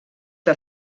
que